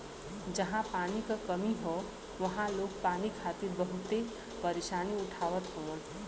जहां पानी क कमी हौ वहां लोग पानी खातिर बहुते परेशानी उठावत हउवन